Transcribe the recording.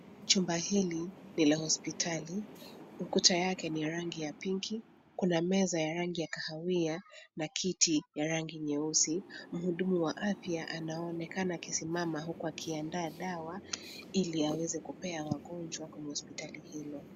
Chumba hiki nicha hospitali, ukuta yake ni ya rangi ya(cs) pink(cs) na kuna meza ya rangi ya kawia na kiti ya rangi nyeusi. Muudumu wa afya anaonekana akisimama uku akiandaa dawa hili aweze kupea wagonjwa kwenye hospitali hilo.